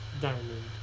Diamond